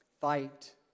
fight